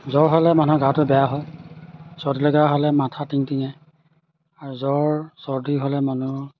জ্বৰ হ'লে মানুহৰ গাটো বেয়া হয় চৰ্দিলগা হ'লে মাথা টিং টিঙায় আৰু জ্বৰ চৰ্দি হ'লে মানুহৰ